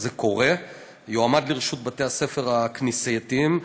זה קורה, יועמד לרשות בתי-הספר הכנסייתיים.